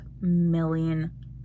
million